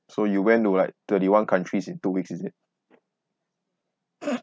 so you went to like thirty one countries in two weeks is it